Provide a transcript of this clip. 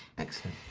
excellent.